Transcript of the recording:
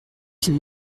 qu’il